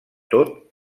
tot